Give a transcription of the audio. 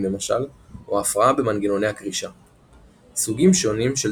למשל או הפרעה במנגנוני הקרישה.